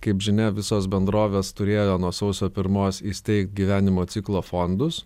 kaip žinia visos bendrovės turėjo nuo sausio pirmos įsteigt gyvenimo ciklo fondus